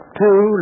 two